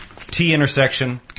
T-intersection